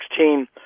2016